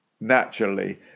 naturally